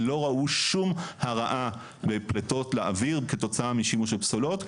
לא ראו שום הרעה בפלטות לאוויר כתוצאה משימוש של פסולות,